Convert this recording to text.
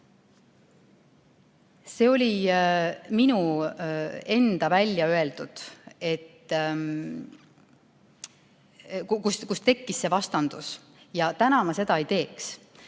See oli minu enda väljaöeldud, sealt tekkis see vastandus. Täna ma seda ei teeks.